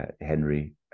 Henry